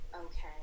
Okay